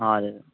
हजुर